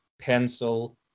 pencil